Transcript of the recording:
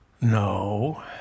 No